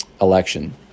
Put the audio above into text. election